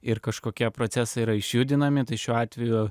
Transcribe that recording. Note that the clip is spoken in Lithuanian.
ir kažkokie procesai yra išjudinami tai šiuo atveju